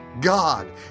God